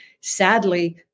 sadly